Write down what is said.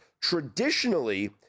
Traditionally